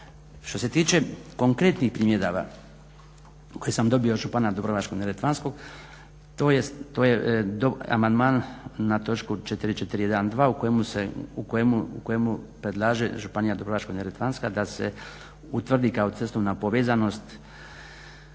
Što se tiče konkretnih primjedaba koje sam dobio od župana dubrovačko-neretvanskog to je amandman na točku 4.4.1.2. u kojemu predlaže Županija dubrovačko-neretvanska da se utvrdi kao cestovna povezanost